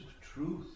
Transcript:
truth